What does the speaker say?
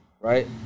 right